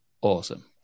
awesome